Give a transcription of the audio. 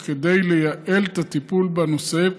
אך כדי לייעל את הטיפול בנושא,